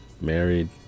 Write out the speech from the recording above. married